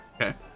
Okay